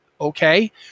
okay